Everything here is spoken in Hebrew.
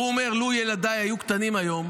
והוא אומר: לו ילדיי היו קטנים היום,